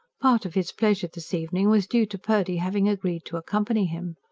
part of his pleasure this evening was due to purdy having agreed to accompany him.